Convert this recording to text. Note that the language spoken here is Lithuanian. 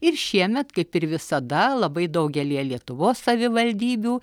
ir šiemet kaip ir visada labai daugelyje lietuvos savivaldybių